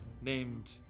named